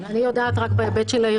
אני יודעת רק בהיבט של הארגונים.